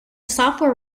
software